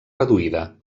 reduïda